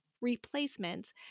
replacements